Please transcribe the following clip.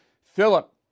Philip